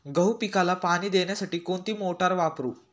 गहू पिकाला पाणी देण्यासाठी कोणती मोटार वापरू?